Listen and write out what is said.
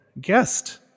guest